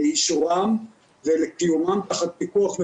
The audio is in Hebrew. לאישורן ולקיומן תחת פיקוח.